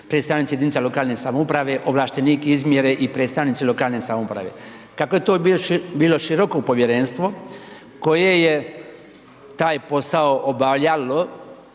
predstavnici jedinica lokalne samouprave, ovlaštenik izmjere i predstavnici lokalne samouprave. Kako je to bilo široko povjerenstvo koje je taj posao obavljalo